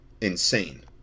insane